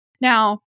Now